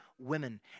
women